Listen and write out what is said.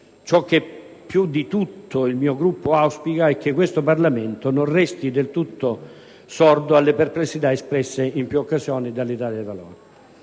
Ciò che più di tutto il mio Gruppo auspica è che questo Parlamento non resti del tutto sordo alle perplessità espresse in più occasioni dall'Italia dei Valori.